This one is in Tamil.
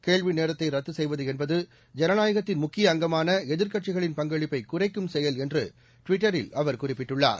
கேள்வி நேரத்தை ரத்து செய்வது என்பது ஜனநாயகத்தின் முக்கிய அங்கமான எதிர்க்கட்சிகளின் பங்களிப்பை குறைக்கும் செயல் என்று ட்விட்டரில் அவர் குறிப்பிட்டுள்ளார்